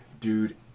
Dude